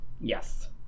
Yes